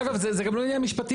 אגב, זה גם לא עניין משפטי.